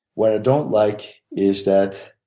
what i don't like is that